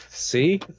See